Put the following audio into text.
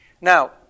Now